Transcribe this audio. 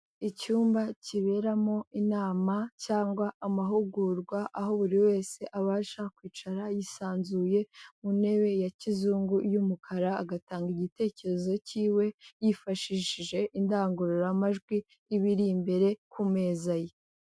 Icyumba kiberamo inama cyangwa amahugurwa, aho buri wese abasha kwicara yisanzuye mu ntebe ya kizungu y'umukara, agatanga igitekerezo cyiwe yifashishije indangururamajwi iba iri imbere ku meza ye.